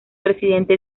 presidente